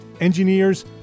engineers